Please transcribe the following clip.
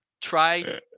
try